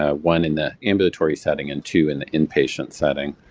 ah one in the ambulatory setting and two in the inpatient setting.